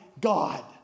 God